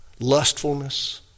lustfulness